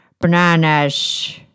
bananas